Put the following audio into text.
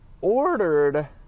ordered